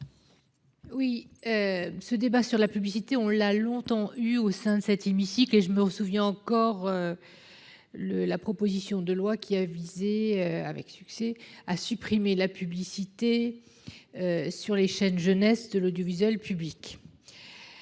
Oui. Ce débat sur la publicité, on l'a longtemps eu au sein de cet hémicycle et je me souviens encore. Le, la proposition de loi qui a visé avec succès à supprimer la publicité. Sur les chaînes jeunesse de l'audiovisuel public.